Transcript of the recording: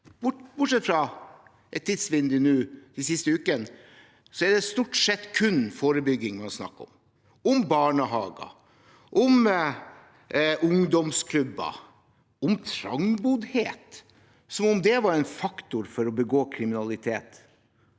bortsett fra et tidsvindu de siste ukene – nesten kun forebygging man snakker om. Man snakker om barnehager, om ungdomsklubber, om trangboddhet, som om det var en faktor for å begå kriminalitet,